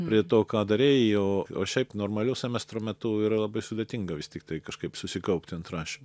prie to ką darei o šiaip normaliu semestro metu yra labai sudėtinga vis tiktai kažkaip susikaupti ant rašymo